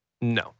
No